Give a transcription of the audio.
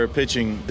pitching